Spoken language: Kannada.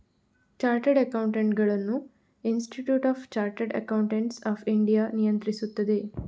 ಚಾರ್ಟರ್ಡ್ ಅಕೌಂಟೆಂಟುಗಳನ್ನು institute of chartered accountants of India ನಿಯಂತ್ರಿಸುತ್ತದೆ